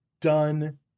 done